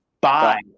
Bye